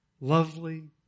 lovely